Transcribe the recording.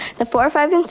the four, five, and